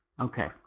Okay